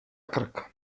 krk